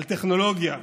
על טכנולוגיה,